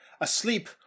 Asleep